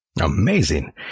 Amazing